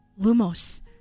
Lumos